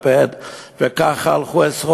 ולא יכלו לזפת ולרבד,